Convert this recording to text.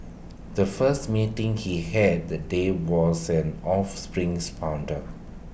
the first meeting he had the day was an offspring's founder